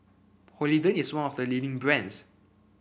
Polident is one of the leading brands